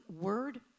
word